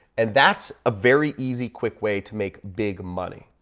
and that's a very easy, quick way to make big money.